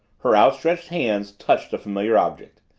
her outstretched hands touched a familiar object.